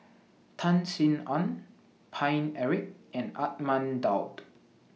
Tan Sin Aun Paine Eric and Ahmad Daud